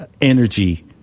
energy